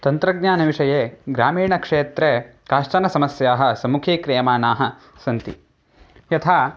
तन्त्रज्ञानविषये ग्रामीणक्षेत्रे काश्चन समस्याः सम्मुखीक्रियमाणाः सन्ति यथा